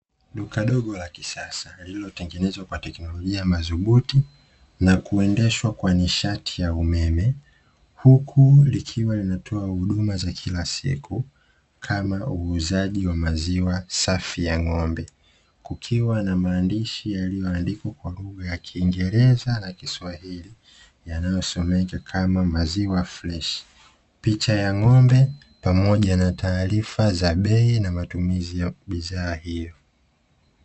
Duka dogo la kisasa lililotengenezwa kwa teknolojia madhubuti na kuendeshwa kwa nishati ya umeme, huku likiwa linatoa huduma za kila siku, kama uuzaji wa maziwa safi ya ng'ombe. Kukiwa na maandishi yaliyoandikwa kwa lugha ya kingereza na kiswahili, yanayosomeka kama ''maziwa freshi''. Picha ya ng'ombe pamoja na taarifa za bei, na matumizi ya bidhaaa hiyo.